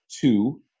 two